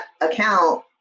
account